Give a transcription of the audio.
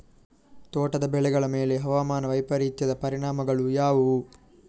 ತೋಟದ ಬೆಳೆಗಳ ಮೇಲೆ ಹವಾಮಾನ ವೈಪರೀತ್ಯದ ಪರಿಣಾಮಗಳು ಯಾವುವು?